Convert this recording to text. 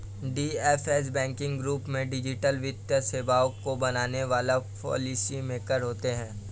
DFS working group में digital वित्तीय सेवाओं को बनाने वाले पॉलिसी मेकर होते हैं